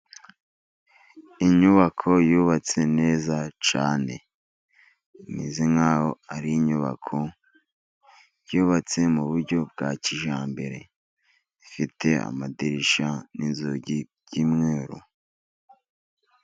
Inyubako yubatse neza cyane, imeze nk'aho ari inyubako yubatse mu buryo bwa kijyambere, ifite amadirishya n'inzugi by'umweru.